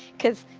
because,